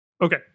Okay